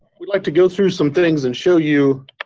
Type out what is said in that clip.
we like to go through some things and show you